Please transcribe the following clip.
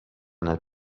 nel